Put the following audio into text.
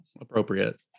Appropriate